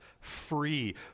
free